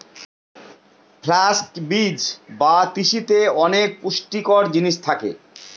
flux বীজ বা তিসিতে অনেক পুষ্টিকর জিনিস থাকে